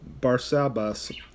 Barsabbas